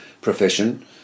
profession